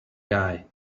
guy